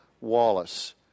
Wallace